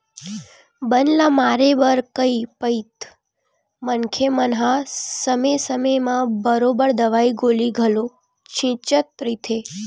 बन ल मारे बर कई पइत मनखे मन हा समे समे म बरोबर दवई गोली घलो छिंचत रहिथे